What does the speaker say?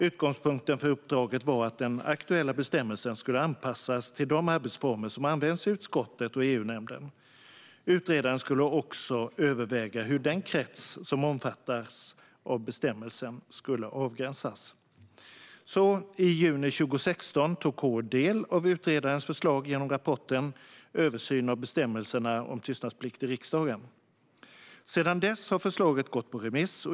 Utgångspunkten för uppdraget var att den aktuella bestämmelsen skulle anpassas till de arbetsformer som används i utskotten och EU-nämnden. Utredaren skulle också överväga hur den krets som omfattas av bestämmelsen skulle avgränsas. I juni 2016 tog KU del av utredarens förslag genom rapporten Översyn av bestämmelserna om tystnadsplikt i riksdagen . Sedan gick förslaget ut på remiss.